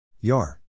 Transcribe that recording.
Yar